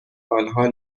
آنها